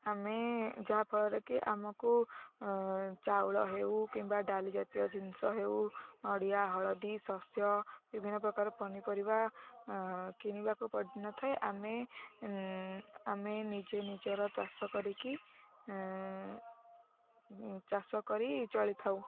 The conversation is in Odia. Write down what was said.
ଆମେ ଯାହାଫଳରେ କି ଆମକୁ ଚାଉଳ ହେଉ କିମ୍ବା ଡାଲି ଜାତୀୟ ଜିନିଷ ହେଉ ନଡ଼ିଆ ହଳଦୀ ଶସ୍ୟ ବିଭିନ୍ନ ପ୍ରକାର ପନିପରିବା କିଣିବାକୁ ପଡ଼ି ନ ଥାଏ ଆମେ ଆମେ ନିଜେ ନିଜର ଚାଷ କରିକି ଚାଷ କରି ଚଳି ଥାଉ